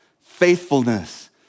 faithfulness